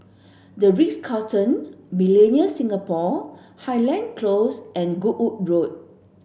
The Ritz Carlton Millenia Singapore Highland Close and Goodwood Road